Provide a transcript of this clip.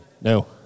No